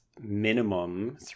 minimum